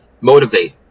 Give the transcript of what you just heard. motivate